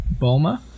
Bulma